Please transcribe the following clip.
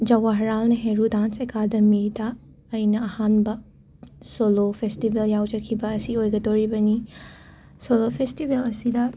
Jawaharlal Nehru dance ꯑꯦꯀꯥꯗꯃꯤꯗ ꯑꯩꯅ ꯑꯍꯥꯟꯕ ꯁꯣꯂꯣ ꯐꯦꯁꯇꯤꯕꯦꯜ ꯌꯥꯎꯖꯈꯤꯕ ꯑꯁꯤ ꯑꯣꯏꯒꯗꯣꯔꯤꯕꯅꯤ ꯁꯣꯂꯣ ꯐꯦꯁꯇꯤꯕꯦꯜ ꯑꯁꯤꯗ